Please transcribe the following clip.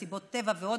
מסיבות טבע ועוד.